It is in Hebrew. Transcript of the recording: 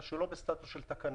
רק הוא לא בסטטוס של תקנה,